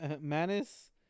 Manis